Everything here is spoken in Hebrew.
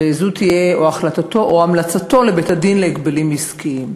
וזו תהיה החלטתו או המלצתו לבית-הדין להגבלים עסקיים.